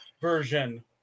version